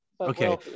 okay